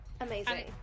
Amazing